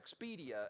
Expedia